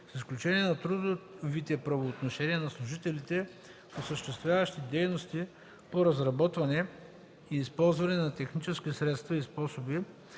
с изключение на трудовите правоотношения на служителите, осъществяващи дейности по разработване и използване на технически средства и способи